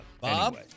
Bob